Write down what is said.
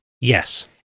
Yes